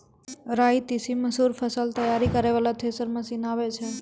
राई तीसी मसूर फसल तैयारी करै वाला थेसर मसीन आबै छै?